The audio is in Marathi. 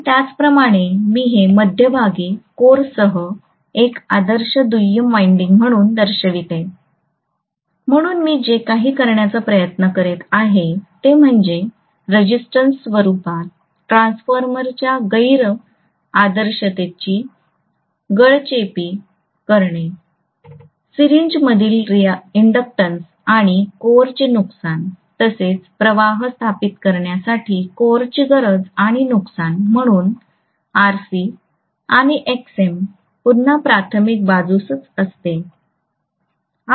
आणि त्याचप्रमाणे मी हे मध्यभागी कोरसह एक आदर्श दुय्यम वाइंडिंग म्हणून दर्शवतो म्हणून मी जे करण्याचा प्रयत्न करीत आहे ते म्हणजे रेजिस्टन्स स्वरूपात ट्रान्सफॉर्मरच्या गैर आदर्शतेची गळचेपी करणे सिरींजमधील इंड्क्टन्स आणि कोरचे नुकसान तसेच प्रवाह स्थापित करण्यासाठी कोरची गरज आणि नुकसान म्हणून RC आणि Xm पुन्हा प्राथमिक बाजूसच असते